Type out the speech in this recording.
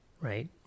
right